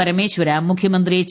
പരമേശ്വര മുഖ്യമന്ത്രി എച്ച്